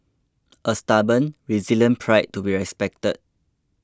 a stubborn resilient pride to be respected